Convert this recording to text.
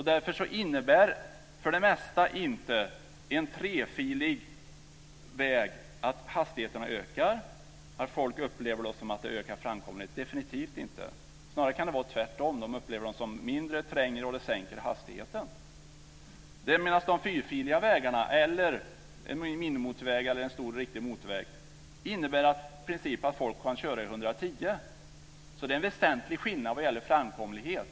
Därför innebär för det mesta inte en trefilig väg att hastigheterna ökar. Människorna upplever det definitivt inte som att det ökar framkomligheten. Det kan snarare vara tvärtom. Det upplever vägarna som mindre och trängre, och det sänker hastigheten. De fyrfiliga vägarna, en minimotorväg eller en stor riktig motorväg, innebär i princip att människor kan köra i 110 kilometer i timmen. Det är en väsentlig skillnad i framkomlighet.